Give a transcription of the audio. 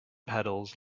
petals